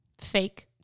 fake